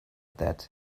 that